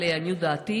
לעניות דעתי.